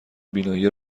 بینایی